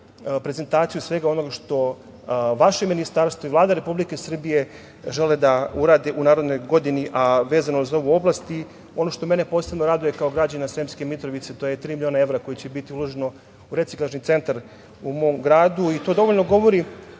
prezentaciju svega onoga što vaše Ministarstvo i Vlada Republike Srbije žele da urade u narednoj godini, a vezano za ovu oblast. Ono što mene posebno raduje kao građanina Sremske Mitrovice, to je tri miliona evra koje će biti uloženo u reciklažni centar u mom gradu i to dovoljno govori